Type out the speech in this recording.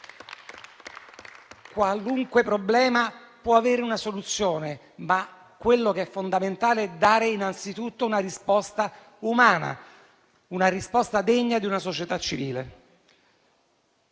Qualunque problema può avere una soluzione, ma ciò che è fondamentale è dare innanzitutto una risposta umana, una risposta degna di una società civile.